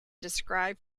described